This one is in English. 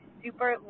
super